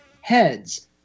Heads